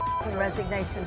resignation